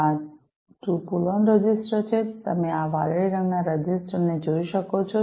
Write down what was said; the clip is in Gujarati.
આ 2 પુલ ઓન રજિસ્ટર છે તમે આ વાદળી રંગીન રજિસ્ટર જોઈ શકો છો